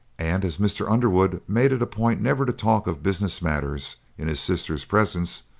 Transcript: and, as mr. underwood made it a point never to talk of business matters in his sister's presence,